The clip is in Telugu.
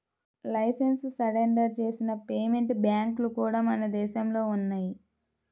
లైసెన్స్ సరెండర్ చేసిన పేమెంట్ బ్యాంక్లు కూడా మన దేశంలో ఉన్నయ్యి